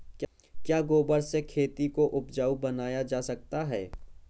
क्या गोबर से खेती को उपजाउ बनाया जा सकता है?